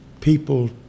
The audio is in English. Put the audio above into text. People